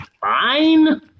fine